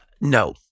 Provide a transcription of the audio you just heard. no